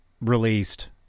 released